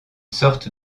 sorte